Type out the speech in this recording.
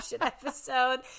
episode